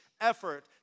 effort